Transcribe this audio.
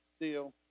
deal